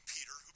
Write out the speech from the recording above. Peter